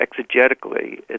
exegetically